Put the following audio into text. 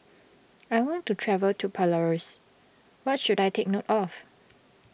I want to travel to Belarus what should I take note of